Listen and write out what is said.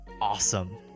awesome